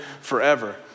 forever